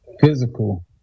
physical